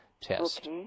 test